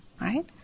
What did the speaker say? right